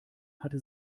hatte